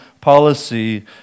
policy